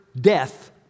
death